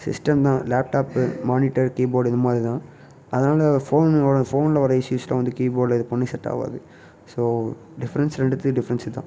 system தான் laptop monitor keyboard இதை மாதிரி தான் அதனால ஃபோன் ஃபோன்ல வர இஸ்யூஸ்லாம் வந்து கீபோர்ட்டில் இதுக்கு ஒன்றும் செட்டாகாது ஸோ டிஃப்ரன்ஸ் ரெண்டுத்துக்கும் டிஃப்ரன்ஸ் இதுதான்